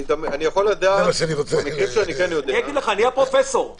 אנחנו יכולים לעשות הצלבות בין אנשים.